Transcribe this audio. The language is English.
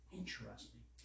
interesting